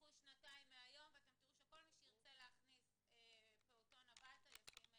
קחו שנתיים מהיום ותראו שכל מי שירצה לייסד פעוטון בביתו יתקין מצלמות.